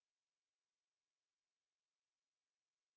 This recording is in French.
Merci